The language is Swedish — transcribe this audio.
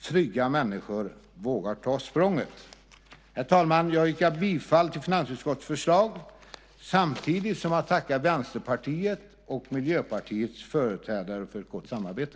Trygga människor vågar ta språnget. Herr talman! Jag yrkar bifall till finansutskottets förslag, samtidigt som jag tackar Vänsterpartiets och Miljöpartiets företrädare för ett gott samarbete.